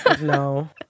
No